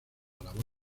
labor